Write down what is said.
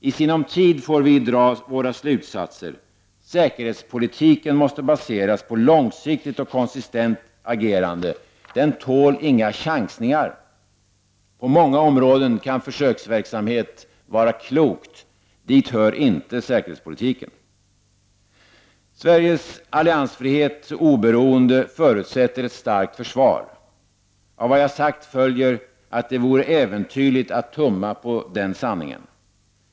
I sinom tid får vi dra våra slutsatser. Säkerhetspolitiken måste baseras på långsiktigt och konsistent agerande. Den tål inga chansningar. På många områden kan försöksverksamhet vara klokt. Dit hör inte säkerhetspolitiken. Sveriges alliansfrihet och oberoende förutsätter ett starkt försvar. Av vad jag sagt följer att det vore äventyrligt att tumma på denna sanning.